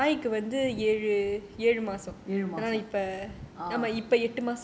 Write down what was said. one month ah ஏழு மாசம்:yaelu maasam